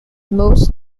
most